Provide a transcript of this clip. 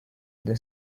the